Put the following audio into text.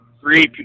three